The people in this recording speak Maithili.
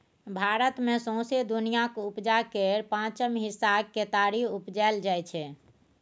भारत मे सौंसे दुनियाँक उपजाक केर पाँचम हिस्साक केतारी उपजाएल जाइ छै